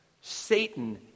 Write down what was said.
Satan